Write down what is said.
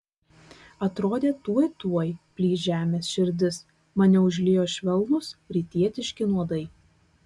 atrodė tuoj tuoj plyš žemės širdis mane užliejo švelnūs rytietiški nuodai